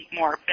more